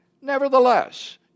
Nevertheless